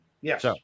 Yes